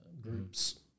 groups